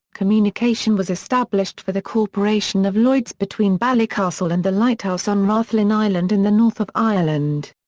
communication was established for the corporation of lloyds between ballycastle and the lighthouse on rathlin island in the north of ireland.